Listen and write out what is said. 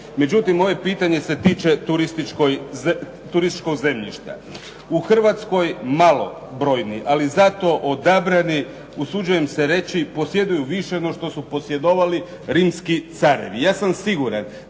Međutim, ovo pitanje se tiče turističkog zemljišta. U Hrvatskoj malobrojni ali zato odabrani usuđujem se reći posjeduju više no što su posjedovali rimski carevi. Ja sam siguran